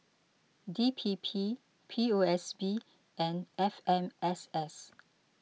D P P P O S B and F M S S